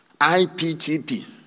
IPTP